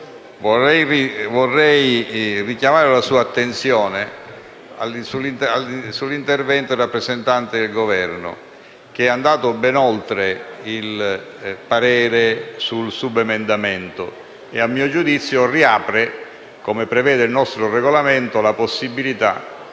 Vorrei richiamare la sua attenzione sull'intervento del rappresentante del Governo, che è andato ben oltre l'espressione del parere e, a mio giudizio, riapre, come prevede il nostro Regolamento, la possibilità